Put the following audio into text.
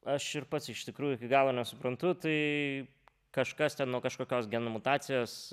aš ir pats iš tikrųjų iki galo nesuprantu tai kažkas ten nuo kažkokios genų mutacijos